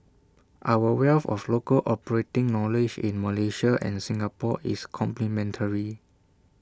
our wealth of local operating knowledge in Malaysia and Singapore is complementary